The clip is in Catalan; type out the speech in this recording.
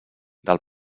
del